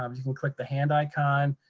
um you can click the hand icon,